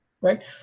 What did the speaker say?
right